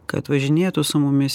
kad važinėtų su mumis